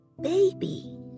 baby